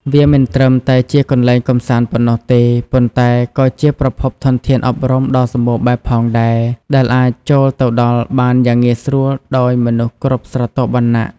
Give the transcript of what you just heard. វាមិនត្រឹមតែជាកន្លែងកម្សាន្តប៉ុណ្ណោះទេ ប៉ុន្តែក៏ជាប្រភពធនធានអប់រំដ៏សម្បូរបែបផងដែរ ដែលអាចចូលទៅដល់បានយ៉ាងងាយស្រួលដោយមនុស្សគ្រប់ស្រទាប់វណ្ណៈ។